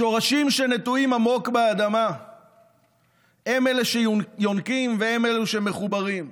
השורשים שנטועים עמוק באדמה הם שיונקים והם שמחוברים.